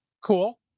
Cool